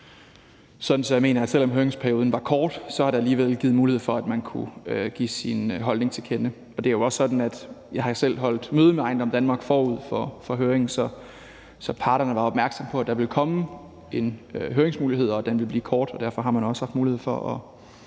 så jeg mener, at selv om høringsperioden var kort, er der alligevel givet mulighed for, at man kunne give sin holdning til kende. Det er jo også sådan, at jeg selv har holdt møde med EjendomDanmark forud for høringen, så parterne var opmærksomme på, at der ville komme en høringsmulighed, og at den ville blive kort, og derfor har man også haft mulighed for at